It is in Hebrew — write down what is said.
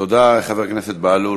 תודה לחבר הכנסת בהלול.